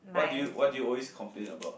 what do you what do you always complain about